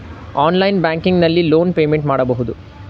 online banking ನಲ್ಲಿ loan payment ಮಾಡಬಹುದು